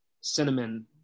cinnamon